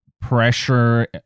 pressure